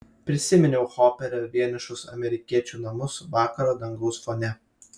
prisiminiau hoperio vienišus amerikiečių namus vakaro dangaus fone